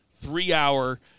three-hour